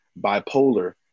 bipolar